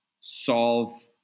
solve